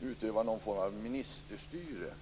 utöva någon form av ministerstyre.